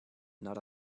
not